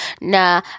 nah